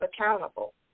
accountable